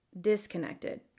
disconnected